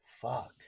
Fuck